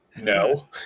no